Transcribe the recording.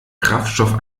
kraftstoff